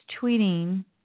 tweeting